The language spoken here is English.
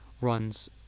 runs